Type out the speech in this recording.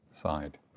side